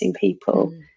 people